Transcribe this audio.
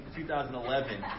2011